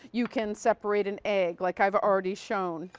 you can separate an egg, like i've already shown.